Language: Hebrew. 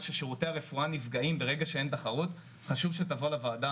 ששירותי הרפואה נפגעים ברגע שאין תחרות חשוב שנבוא לוועדה,